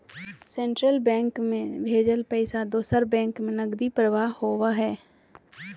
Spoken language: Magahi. सेंट्रल बैंक से भेजल पैसा दूसर बैंक में नकदी प्रवाह होबो हइ